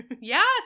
Yes